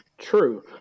True